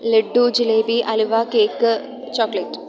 ലഡു ജിലേബി അലുവ cake chocolate